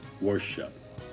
worship